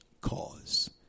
cause